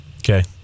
Okay